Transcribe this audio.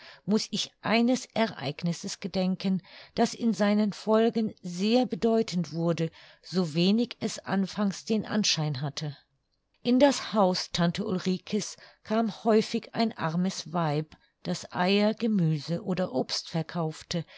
muß ich eines ereignisses gedenken das in seinen folgen sehr bedeutend wurde so wenig es anfangs den anschein hatte in das haus tante ulrike's kam häufig ein armes weib das eier gemüse oder obst verkaufte